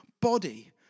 body